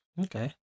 Okay